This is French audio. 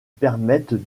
permettent